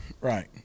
right